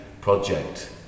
project